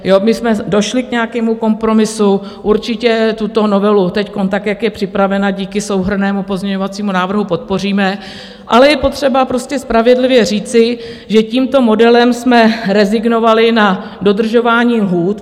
My jsme došli k nějakému kompromisu, určitě tuto novelu teď tak, jak je připravena díky souhrnnému pozměňovacímu návrhu, podpoříme, ale je potřeba spravedlivě říci, že tímto modelem jsme rezignovali na dodržování lhůt.